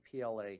PLA